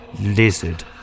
Lizard